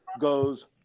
goes